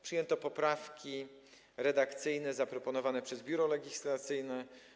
Przyjęto poprawki redakcyjne zaproponowane przez Biuro Legislacyjne.